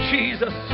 Jesus